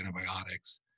antibiotics